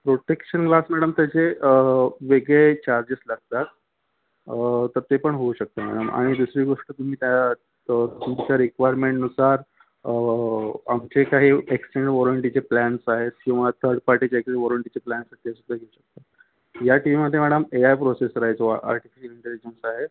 protection glass madam त्याचे वेगळे charges लागतात तर ते पण होऊ शकतं मॅडम आणि दुसरी गोष्ट तुम्ही त्या तुमच्या रिक्वायरमेंटनुसार आमचे काही एक्सटेंडेड वॉरंटीचे प्लान्स आहेत किंवा थर्ड पार्टीचे एक्सटेंडेड वॉरंटीचे प्लान्स आहेत ते सुद्धा घेउ शकता या टी वीमधे मॅडम एआय प्रोसेसर आहे जो आर्टिफिशियल इंटेलिजन्स आहे